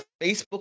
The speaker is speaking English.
Facebook